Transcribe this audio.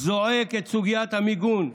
זועק את סוגיית המיגון.